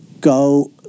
go